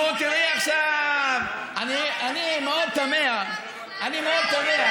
נו, תראי, עכשיו, אני מאוד תמה, אני מאוד תמה.